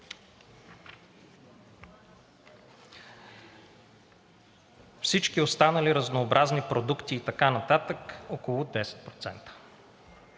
всички останали разнообразни продукти и така нататък – около 10%.